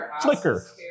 Flickr